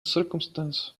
circumstance